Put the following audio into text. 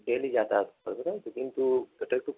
daily যাতায়াত করবে তাই তো কিন্তু এটা একটু